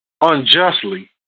unjustly